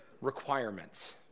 requirements